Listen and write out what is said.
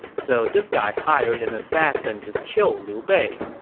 so this guy hired an assassin to kill liu bei.